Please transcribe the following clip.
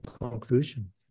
conclusion